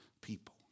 people